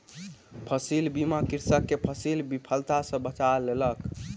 फसील बीमा कृषक के फसील विफलता सॅ बचा लेलक